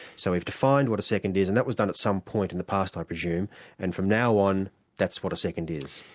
so we've defined what a second is. and that was done at some point in the past i presume and from now one that's what a second is.